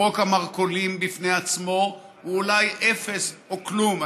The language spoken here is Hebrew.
חוק המרכולים בפני עצמו הוא אולי אפס או כלום,